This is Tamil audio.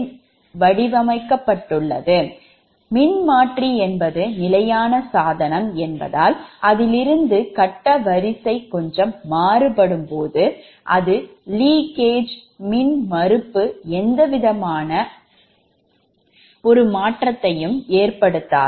டிரான்ஸ்பார்மர்மின்மாற்றி என்பது நிலையான சாதனம் static device என்பதால் அதிலிருக்கும் கட்ட வரிசை கொஞ்சம் மாறுபடும் போது அது கசிவு மின்மறுப்பு எந்தவிதமான ஒரு மாற்றத்தையும் ஏற்படுத்தாது